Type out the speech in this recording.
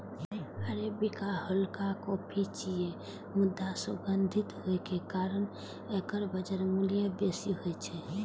arabica हल्लुक coffee छियै, मुदा सुगंधित होइ के कारण एकर बाजार मूल्य बेसी होइ छै